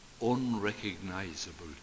unrecognizable